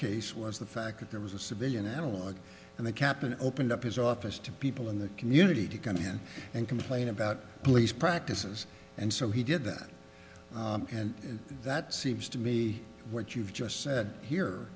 case was the fact that there was a civilian analogue and the captain opened up his office to people in the community to come in and complain about police practices and so he did that and that seems to be what you've just said